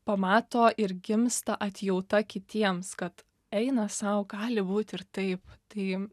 pamato ir gimsta atjauta kitiems kad eina sau gali būt ir taip tai